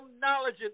knowledge